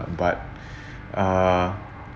but err